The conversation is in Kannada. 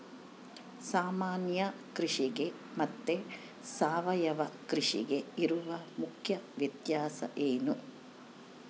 ಸಾಮಾನ್ಯ ಕೃಷಿಗೆ ಮತ್ತೆ ಸಾವಯವ ಕೃಷಿಗೆ ಇರುವ ಮುಖ್ಯ ವ್ಯತ್ಯಾಸ ಏನು?